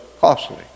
costly